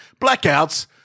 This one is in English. Blackouts